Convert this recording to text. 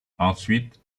ensuite